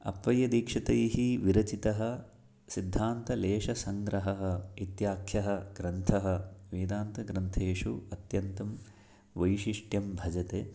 अप्पय्यदीक्षितैः विरचितः सिद्धान्तलेशसङ्रहः इत्याख्यः ग्रन्थः वेदान्तग्रन्थेषु अत्यन्तं वैशिष्ट्यं भजते